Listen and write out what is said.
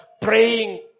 praying